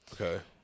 Okay